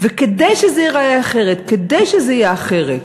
כדי שזה ייראה אחרת, כדי שזה יהיה אחרת,